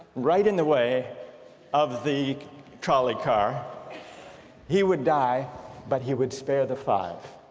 right in the way of the trolley car he would die but he would spare the five.